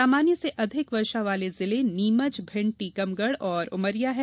सामान्य से अधिक वर्षा वाले जिले नीमच भिण्ड टीकमगढ़ और उमरिया हैं